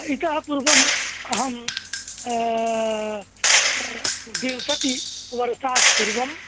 इतःपूर्वम् अहं विंशतिवर्षात् पूर्वं